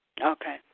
Okay